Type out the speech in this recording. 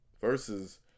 versus